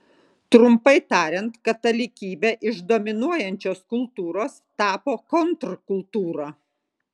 trumpai tariant katalikybė iš dominuojančios kultūros tapo kontrkultūra